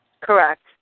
Correct